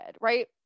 right